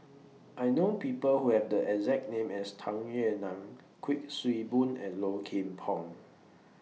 I know People Who Have The exact name as Tung Yue Nang Kuik Swee Boon and Low Kim Pong